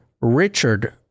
Richard